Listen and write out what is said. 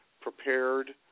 prepared